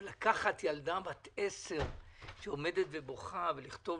אבל לקחת ילדה בת 10 שעומדת ובוכה ולכתוב